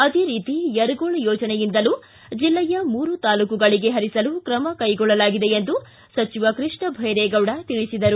ಅದೇ ರೀತಿ ಯರಗೋಳ್ ಯೋಜನೆಯಿಂದಲೂ ಜಿಲ್ಲೆಯ ಮೂರು ತಾಲ್ಲೂಕುಗಳಿಗೆ ಹರಿಸಲು ಕ್ರಮಕೈಗೊಳ್ಳಲಾಗಿದೆ ಎಂದು ಸಚಿವ ಕೃಷ್ಣಬೈರೇಗೌಡ ತಿಳಿಸಿದರು